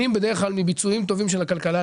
ייהנו מהביצועים הטובים של הכלכלה,